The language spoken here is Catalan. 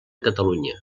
catalunya